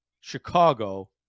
Chicago